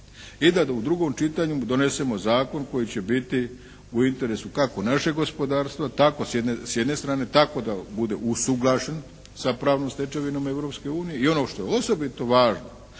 i da u drugom čitanju donesemo zakon koji će biti u interesu kako našeg gospodarstva tako s jedne strane, tako da bude usuglašen sa pravnom stečevinom Europske unije. I ono što je osobito važno,